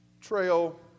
trail